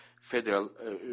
federal